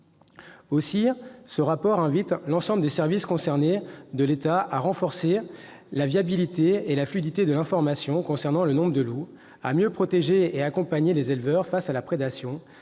Aussi ce rapport invite-t-il l'ensemble des services concernés de l'État à renforcer la fiabilité et la fluidité de l'information concernant le nombre de loups, à mieux protéger et accompagner les éleveurs face à la prédation